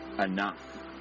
enough